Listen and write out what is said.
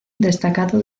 destacado